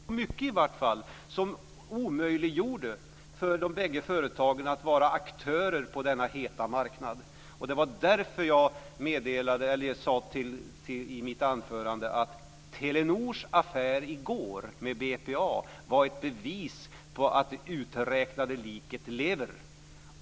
Fru talman! Jag sade inte att skadan var obefintlig, utan jag sade att Telia och Telenor inte skadades alltför mycket av sammanbrottet i december. Men skadades gjorde de. Det tog månader innan de återfick förtroendet på marknaden. Så visst uppstod en skada - det är självklart. Men de skadades inte alltför mycket, i varje fall inte så mycket att det omöjliggjorde för de bägge företagen att vara aktörer på denna heta marknad. Det var därför jag sade i mitt anförande att Telenors affär med BPA i går var ett bevis på att det uträknade liket lever.